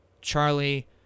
Charlie